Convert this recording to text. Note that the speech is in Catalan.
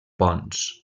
ponts